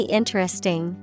interesting